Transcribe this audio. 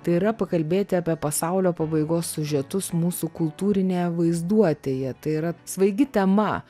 tai yra pakalbėti apie pasaulio pabaigos siužetus mūsų kultūrinėje vaizduotėje tai yra svaigi tema